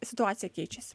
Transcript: situacija keičiasi